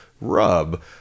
rub